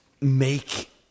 make